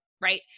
right